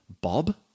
Bob